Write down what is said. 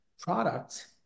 product